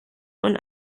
und